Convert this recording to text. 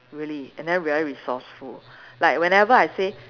really and then very resourceful like whenever I say